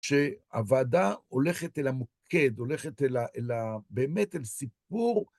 שהוועדה הולכת אל המוקד, הולכת באמת אל סיפור.